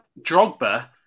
Drogba